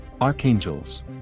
Archangels